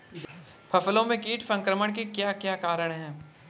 फसलों में कीट संक्रमण के क्या क्या कारण है?